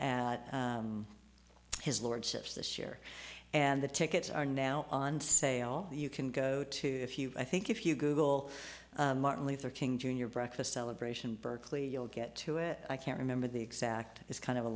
and his lordship's this year and the tickets are now on sale you can go to a few i think if you google martin luther king jr breakfast celebration berkeley you'll get to it i can't remember the exact it's kind of a